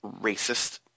racist